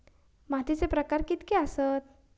मातीचे प्रकार कितके आसत?